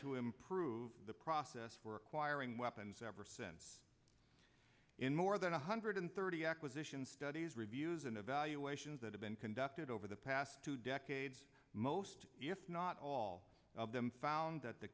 to improve the process for acquiring weapons ever since in more than one hundred thirty acquisitions studies reviews and evaluations that have been conducted over the past two decades most if not all of them found that the